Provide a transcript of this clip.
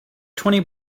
twenty